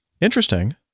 interesting